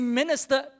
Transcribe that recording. minister